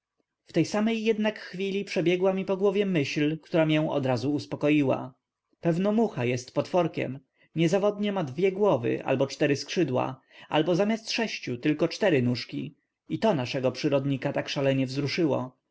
pracy w tej samej jednak chwili przebiegła mi po głowie myśl która mię odrazu uspokoiła pewno mucha jest potworkiem niezawodnie ma dwie głowy albo cztery skrzydła albo zamiast sześciu tylko cztery nóżki i to naszego przyrodnika tak szalenie wzruszyło